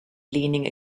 leaning